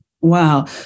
Wow